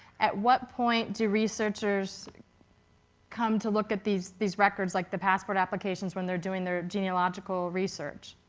at what point do researchers come to look at these these records like the passport applications when they're doing their genealogical research?